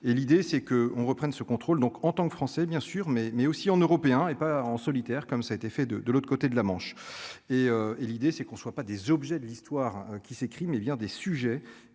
et l'idée c'est que on reprenne ce contrôle, donc en tant que Français et bien sûr, mais, mais aussi en européen et pas en solitaire, comme ça a été fait de de l'autre côté de la Manche et et l'idée c'est qu'on soit pas des objets de l'histoire qui s'écrit, mais bien des sujets